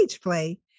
play